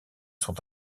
sont